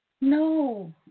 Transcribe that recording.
No